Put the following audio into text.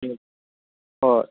ꯎꯝ ꯍꯣꯏ